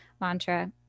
mantra